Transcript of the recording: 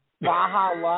Baja